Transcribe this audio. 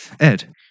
Ed